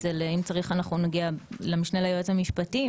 אם צריך, אנחנו נגיע למשנה ליועץ המשפטי לממשלה.